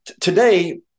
today